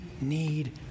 need